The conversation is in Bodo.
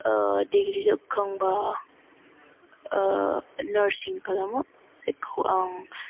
दिग्रि जोबखांबा नारसिं खालामनो जेखौ आं